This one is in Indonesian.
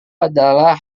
adalah